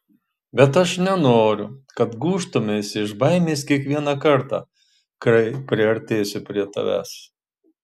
bet aš nenoriu kad gūžtumeisi iš baimės kiekvieną kartą kai priartėsiu prie tavęs